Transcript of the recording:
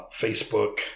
Facebook